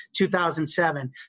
2007